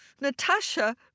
Natasha